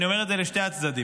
אני אומר את זה לשני הצדדים.